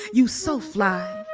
you so fly.